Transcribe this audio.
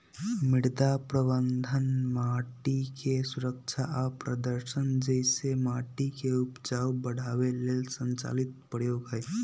मृदा प्रबन्धन माटिके सुरक्षा आ प्रदर्शन जइसे माटिके उपजाऊ बढ़ाबे लेल संचालित प्रयोग हई